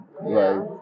right